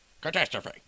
Catastrophe